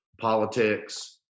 politics